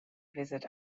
visit